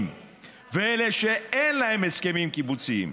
ואלה שאין להם הסכמים קיבוציים.